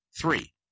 Three